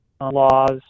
laws